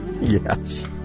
Yes